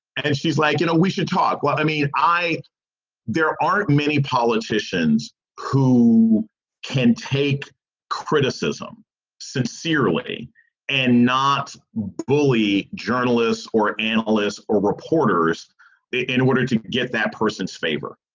and she's like, you know, we should talk. well, i mean, i there aren't many politicians who can take criticism sincerely and not bully journalists or analysts or reporters in order to get that person's favor.